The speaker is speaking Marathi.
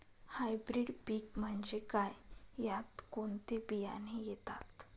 हायब्रीड पीक म्हणजे काय? यात कोणते बियाणे येतात?